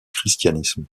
christianisme